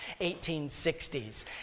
1860s